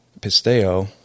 pisteo